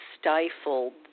stifled